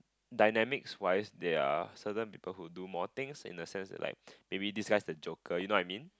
dynamics wise there are certain people who do more things in the sense that like maybe this guy is the joker you know what I mean